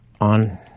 on